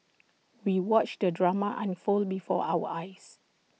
we watched the drama unfold before our eyes